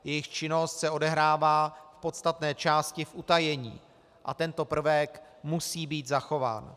Jejich činnost se odehrává v podstatné části v utajení a tento prvek musí být zachován.